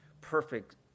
perfect